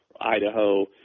Idaho